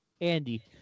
Andy